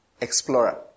Explorer